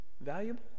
valuable